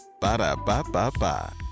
Ba-da-ba-ba-ba